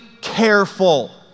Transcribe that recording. careful